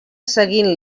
seguint